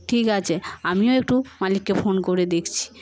ঠিক আছে আমিও একটু মালিককে ফোন করে দেখছি